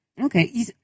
Okay